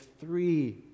three